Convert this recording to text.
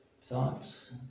thoughts